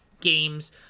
games